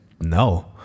no